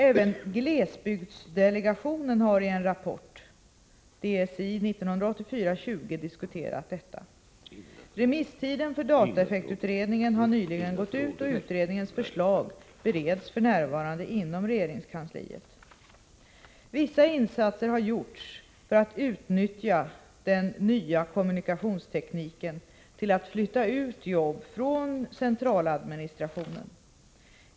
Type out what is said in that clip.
Även glesbygdsdelegationen har i en rapport diskuterat detta. Remisstiden för dataeffektutredningen har nyligen gått ut, och utredningens förslag bereds f.n. inom regeringskansliet. Vissa insatser har gjorts för att utnyttja den nya kommunikationstekniken till att flytta ut jobb från centraladministrationen.